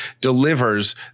delivers